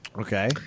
Okay